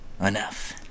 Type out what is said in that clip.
enough